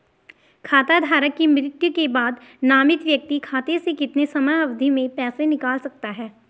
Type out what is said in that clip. खाता धारक की मृत्यु के बाद नामित व्यक्ति खाते से कितने समयावधि में पैसे निकाल सकता है?